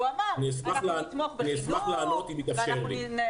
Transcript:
אני אשמח לענות אם יתאפשר לי.